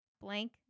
blank